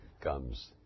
comes